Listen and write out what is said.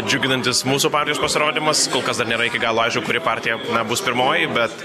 džiuginantis mūsų partijos pasirodymas kol kas dar nėra iki galo aišku kuri partija bus pirmoji bet